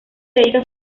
dedica